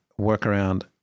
workaround